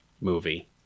movie